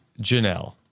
Janelle